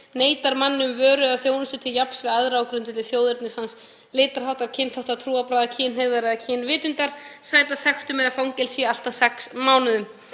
neitar manni um vöru eða þjónustu til jafns við aðra á grundvelli þjóðernis, litarháttar, kynþáttar, trúarbragða, kynhneigðar eða kynvitundar sæta sektum eða fangelsi allt að sex mánuðum.